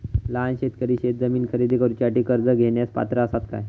लहान शेतकरी शेतजमीन खरेदी करुच्यासाठी कर्ज घेण्यास पात्र असात काय?